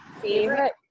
favorite